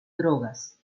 drogas